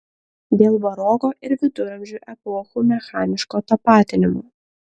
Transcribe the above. dėl baroko ir viduramžių epochų mechaniško tapatinimo